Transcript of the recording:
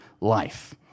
life